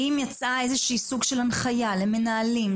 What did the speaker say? האם יצא איזושהי סוג של הנחייה למנהלים,